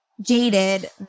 jaded